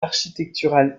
architecturales